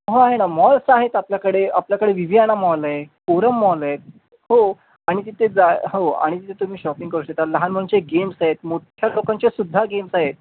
हो आहे ना मॉल्स आहेत आपल्याकडे आपल्याकडे विवियाना मॉल आहे कोरम मॉल आहे हो आणि तिथे जा हो आणि तिथे तुम्ही शॉपिंग करू शकता लहान मुलांचे गेम्स आहेत मोठ्या लोकांचे सुद्धा गेम्स आहेत